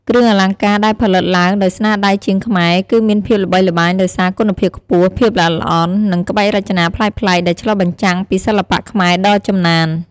គ្រឿងអលង្ការដែលផលិតឡើងដោយស្នាដៃជាងខ្មែរ គឺមានភាពល្បីល្បាញដោយសារ គុណភាពខ្ពស់ ភាពល្អិតល្អន់ និងក្បាច់រចនាប្លែកៗ ដែលឆ្លុះបញ្ចាំងពីសិល្បៈខ្មែរដ៏ចំណាន។